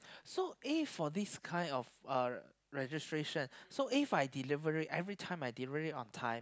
so if for this kind of uh registration so If I deliver it every time I deliver it on time